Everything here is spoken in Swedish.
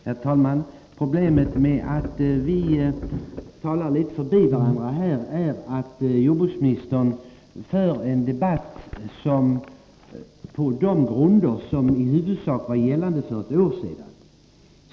Herr talman! Anledningen till att vi talar litet förbi varandra är att jordbruksministern för en debatt på de grunder som i huvudsak var gällande för ett år sedan.